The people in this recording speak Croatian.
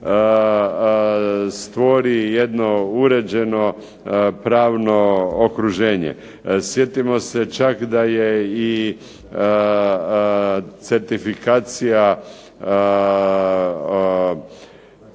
stvori jedno uređeno pravno okruženje. Sjetimo se čak da je i certifikacija